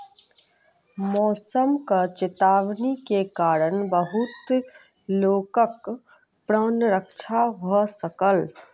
मौसमक चेतावनी के कारण बहुत लोकक प्राण रक्षा भ सकल